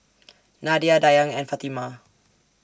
Nadia Dayang and Fatimah